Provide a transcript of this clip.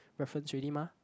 reference already mah